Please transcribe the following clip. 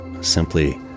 simply